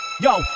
Yo